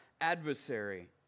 adversary